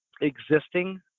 existing